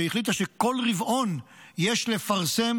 שהחליטה שבכל רבעון יש לפרסם